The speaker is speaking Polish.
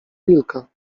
wilka